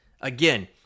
again